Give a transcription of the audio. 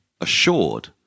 assured